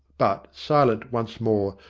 but, silent once more.